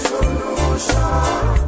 Solution